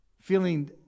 feeling